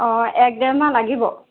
অঁ এক ডেৰমাহ লাগিব